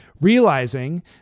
Realizing